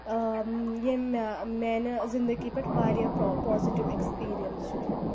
آ یمٔۍ یہِ میٛانہِ زنٛدگی پٮ۪ٹھ واریاہ پا پازِٹیو ایکٕسپیٖرَنَس چھُ ترٛوومُت